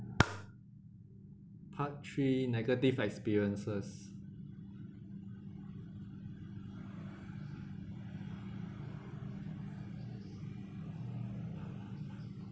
part three negative experiences